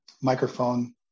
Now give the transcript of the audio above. microphone